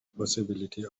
possibility